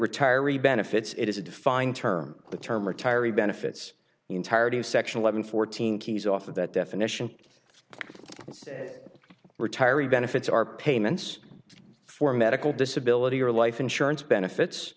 retiree benefits it is a defined term the term retiree benefits the entirety of section eleven fourteen keys off of that definition and said retiree benefits are payments for medical disability or life insurance benefits